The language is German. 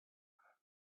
helft